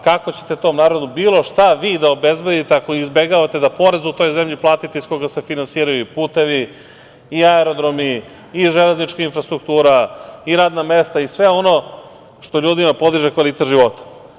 Kako ćete tom narodu bilo šta vi da obezbedite ako izbegavate da porez u toj zemlji da platite iz koga se finansiraju i putevi i aerodromi i železnička infrastruktura i radna mesta i sve ono što ljudima podiže kvalitet života?